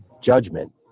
judgment